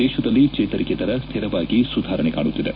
ದೇಶದಲ್ಲಿ ಚೇತರಿಕೆ ದರ ಶ್ಮಿರವಾಗಿ ಸುಧಾರಣೆ ಕಾಣುತ್ತಿದೆ